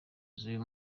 z’uyu